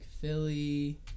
Philly